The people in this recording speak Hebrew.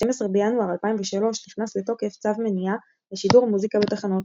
ב-12 בינואר 2003 נכנס לתוקף צו מניעה לשידור מוזיקה בתחנות,